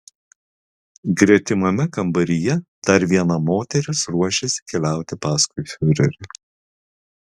gretimame kambaryje dar viena moteris ruošėsi keliauti paskui fiurerį